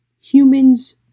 humans